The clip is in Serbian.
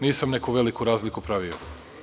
Nisam neku veliku razliku pravio.